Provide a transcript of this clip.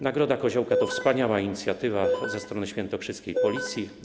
Nagroda Koziołka to wspaniała inicjatywa ze strony świętokrzyskiej policji.